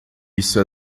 isso